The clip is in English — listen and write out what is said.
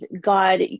God